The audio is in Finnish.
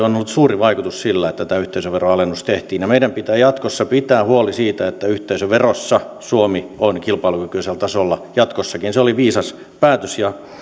on ollut suuri vaikutus sillä että tämä yhteisöveroalennus tehtiin meidän pitää jatkossa pitää huoli siitä että yhteisöverossa suomi on kilpailukykyisellä tasolla jatkossakin se oli viisas päätös ja